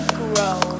grow